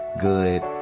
good